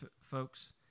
folks